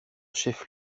chef